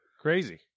Crazy